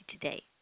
Today